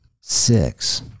six